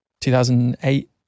2008